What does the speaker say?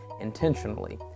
intentionally